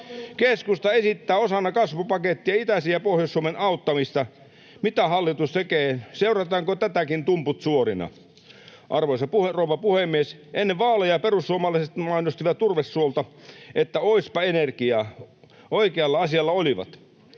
Keskusta esittää osana kasvupakettia itäisen ja Pohjois-Suomen auttamista. Mitä hallitus tekee? Seurataanko tätäkin tumput suorina? Arvoisa rouva puhemies! Ennen vaaleja perussuomalaiset mainostivat turvesuolta: ”Oispa energiaa!” Oikealla asialla olivat.